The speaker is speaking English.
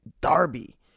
Darby